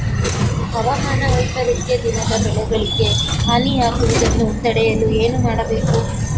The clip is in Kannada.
ಹವಾಮಾನ ವೈಪರಿತ್ಯ ದಿಂದ ಬೆಳೆಗಳಿಗೆ ಹಾನಿ ಯಾಗುವುದನ್ನು ತಡೆಯಲು ಏನು ಮಾಡಬೇಕು?